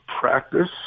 practice